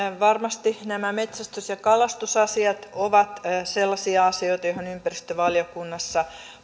varmasti nämä metsästys ja kalastusasiat ovat sellaisia asioita joihin ympäristövaliokunnassa